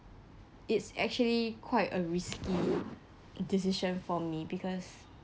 it's actually quite a risky decision for me because